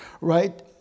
right